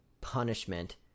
punishment